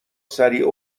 سریع